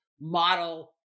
model